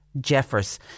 Jeffers